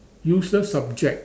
useless subject